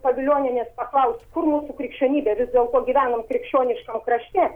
pavilionienės paklaust kur mūsų krikščionybė vis dėlto gyvenam krikščioniškam krašte